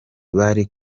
bari